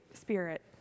spirit